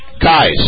guys